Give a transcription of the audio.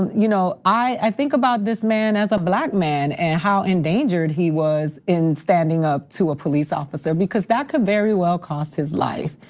you know i think about this man as a black man and how endangered he was in standing up to a police officer because that could very well cost his life.